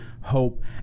hope